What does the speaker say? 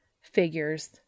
Figures